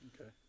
Okay